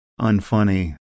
unfunny